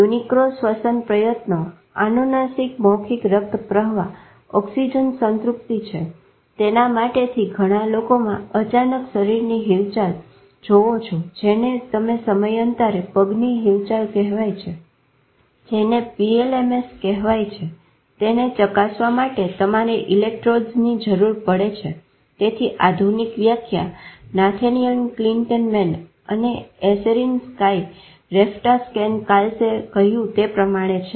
યુનીક્રો શ્વસન પ્રયત્નો અનુનાસિક મૌખિક રક્ત પ્રવાહ ઓક્સીજન સંતૃપ્તિ છે તેના માટે થી ઘણા લોકોમાં અચાનક શરીરની હલનચલન જોવો છો જેને તમે સમયાંતરે પગની હિલચાલ કહેવાય છે જેને PLMS કહેવાય છે તેને ચકાસવા માટે તમારે ઇલેક્ટ્રોડસની જરૂર પડે છે તેથી આધુનિક વ્યાખ્યા નાથેનીયલ ક્લીટમેન અને એસેરીનસ્કાય રેકટાસ્કેફન કાલ્સએ કહ્યું તે પ્રમાણે છે